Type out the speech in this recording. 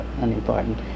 unimportant